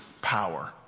power